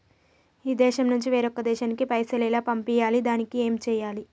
ఈ దేశం నుంచి వేరొక దేశానికి పైసలు ఎలా పంపియ్యాలి? దానికి ఏం చేయాలి?